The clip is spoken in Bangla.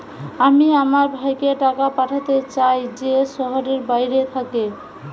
আমি আমার ভাইকে টাকা পাঠাতে চাই যে শহরের বাইরে থাকে